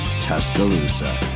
tuscaloosa